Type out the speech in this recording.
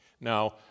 Now